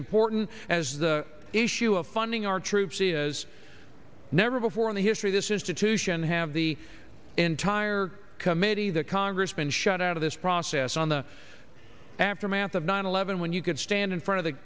important as the issue of funding our troops is never before in the history of this institution have the entire committee the congress been shut out of this process on the aftermath of nine eleven when you could stand in front of the